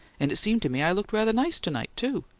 and it seemed to me i looked rather nice to-night, too!